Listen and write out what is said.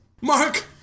Mark